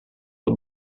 the